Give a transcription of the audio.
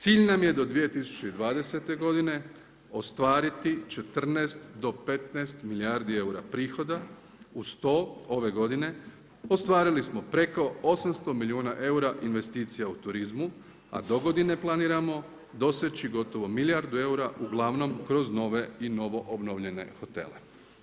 Cilj nam je do 2020. godine ostvariti 14 do 15 milijardi eura prihoda uz to ove godine, ostvarili smo preko 800 milijuna eura investicija u turizmu a dogodine planiramo doseći gotovo milijardu eura uglavnom kroz nove i novoobnovljene hotele.